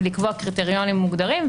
ולקבוע קריטריונים מוגדרים.